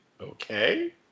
okay